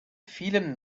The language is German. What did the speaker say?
vielen